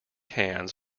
hands